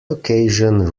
occasion